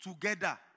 together